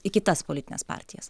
į kitas politines partijas